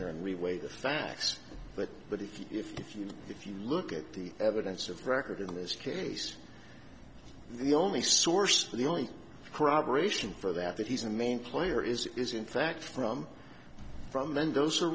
here and we weigh the facts but but if you if you if you look at the evidence of record in this case the only source the only corroboration for that that he's a main player is in fact from from mendoza